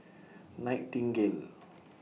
Nightingale